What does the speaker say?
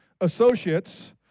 associates